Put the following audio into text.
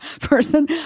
person